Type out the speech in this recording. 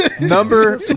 number